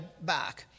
back